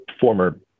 former